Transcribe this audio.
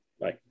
Bye